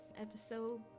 episode